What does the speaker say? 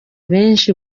benshi